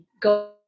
Go